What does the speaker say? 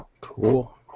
cool